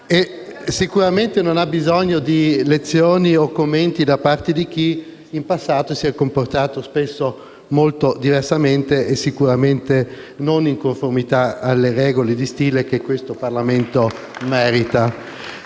sicuramente, non ha bisogno di lezioni o commenti da parte di chi, in passato, si è comportato spesso molto diversamente e non in conformità alle regole di stile che questo Parlamento merita.